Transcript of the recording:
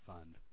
Fund